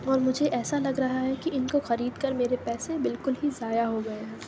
اور مجھے ایسا لگ رہا ہے کہ اِن کو خرید کر میرے پیسے بالکل ہی ضائع ہو گئے ہیں